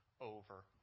over